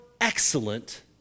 excellent